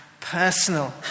personal